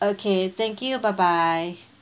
okay thank you bye bye